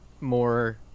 more